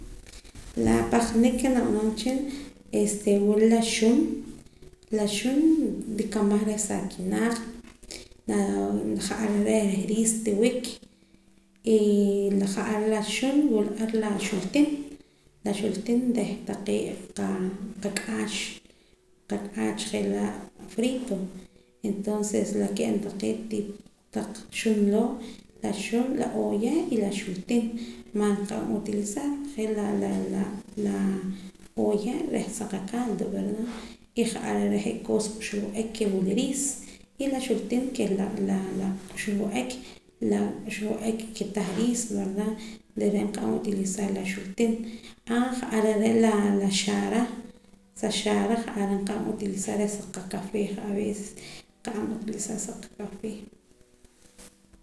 La pahqanik ke nakab'anam wehchin este wula la xun la xun nrikamaj reh sa akinaaq' ja'a are' reh riis tiwik ee ja'ar la xun wula ar la xuultin la xuultin reh taqee' qak'aach qak'ach je' laa' frito entonces la ka'ab' taqee' tipo xun loo' la ooya y la xuultin maas nqa'an uyilizar je' la la la la ooya reh sa qacaldo verda y ja'ar are' je' cosa k'uxb'al wa'ak wula riis y la xultin ke keh la k'uxb'al wa'ek ke tah riis verdad reh re' nqa'an utilizar la xuultin aa ja'ar are' la xaara sa xaara ja'ar nqa'an utilizar reh sa qakafee aveces nqa'an utilizar sa qakafe